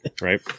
right